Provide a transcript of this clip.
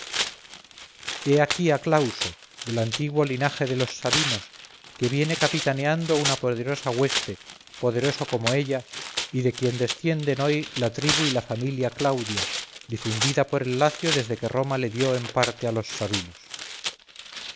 he aquí a clauso del antiguo linaje de los sabinos que viene capitaneando una poderosa hueste poderoso como ella y de quien descienden hoy la tribu y la familia claudia difundida por el lacio desde que roma le dio en parte a los sabinos